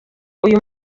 uyu